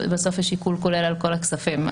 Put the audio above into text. ובסוף יש עיקול כולל על כל הכספים,